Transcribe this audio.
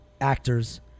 actors